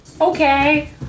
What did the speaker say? Okay